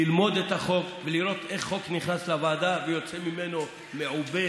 ללמוד את החוק ולראות איך חוק נכנס לוועדה ויוצא ממנו מעובה,